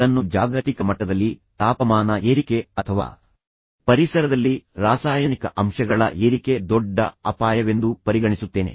ಅದನ್ನು ಜಾಗತಿಕ ಮಟ್ಟದಲ್ಲಿ ತಾಪಮಾನ ಏರಿಕೆ ಅಥವಾ ಪರಿಸರದಲ್ಲಿ ರಾಸಾಯನಿಕ ಅಂಶಗಳ ಏರಿಕೆ ದೊಡ್ಡ ಅಪಾಯವೆಂದು ಪರಿಗಣಿಸುತ್ತೇನೆ